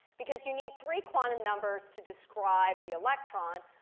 because you need three quantum numbers to describe the electron,